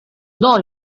not